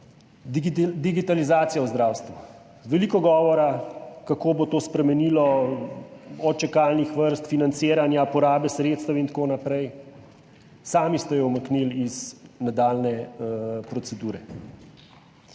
Digitalizacija v zdravstvu. Veliko govora o tem, kako bo to spremenilo čakalne vrste, financiranje, porabo sredstev in tako naprej. Sami ste jo umaknili iz nadaljnje procedure.